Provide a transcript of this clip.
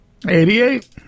88